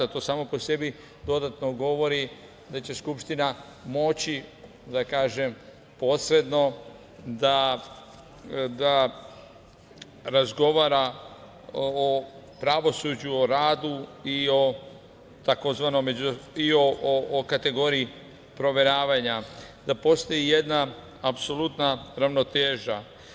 To samo po sebi dodatno govori da će Skupština moći posredno da razgovara o pravosuđu, o radu i kategoriji proveravanja, da postoji jedna apsolutna ravnoteža.